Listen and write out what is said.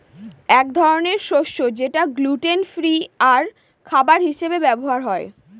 এক ধরনের শস্য যেটা গ্লুটেন ফ্রি আর খাবার হিসাবে ব্যবহার হয়